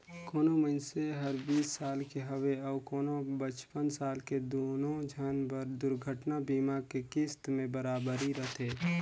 कोनो मइनसे हर बीस साल के हवे अऊ कोनो पचपन साल के दुनो झन बर दुरघटना बीमा के किस्त में बराबरी रथें